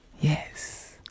Yes